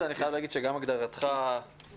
אני חייב להגיד שגם הגדרתך "קריסתית"